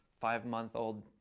five-month-old